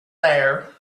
there